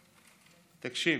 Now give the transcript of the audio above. תקשיב,